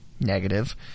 negative